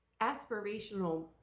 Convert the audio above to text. aspirational